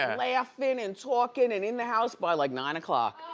laughing and talking and in the house by like nine o'clock.